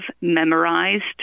memorized